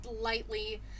lightly